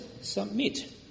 submit